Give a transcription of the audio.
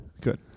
Good